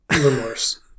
remorse